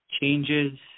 changes